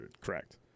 Correct